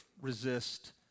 resist